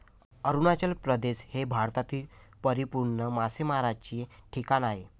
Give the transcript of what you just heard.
अरुणाचल प्रदेश हे भारतातील परिपूर्ण मासेमारीचे ठिकाण आहे